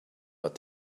but